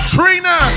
Trina